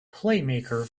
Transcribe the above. playmaker